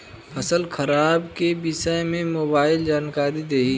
फसल खराब के विषय में मोबाइल जानकारी देही